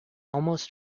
almost